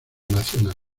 nacional